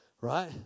right